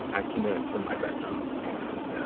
i come in from my bedroom, and, ah,